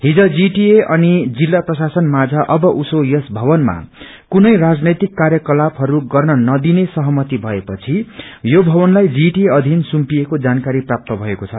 हिज GTA अनि जिल्ल प्रशासन माझ अब उसो यस भवनमा कुनै राजनैतिक कार्यकलापहरू गर्न नदिने सहमति भएपछि यो भवनलाई जीटिए अधिन सुम्पिएको जानकारी प्राप्त भएको छ